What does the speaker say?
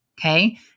okay